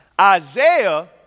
Isaiah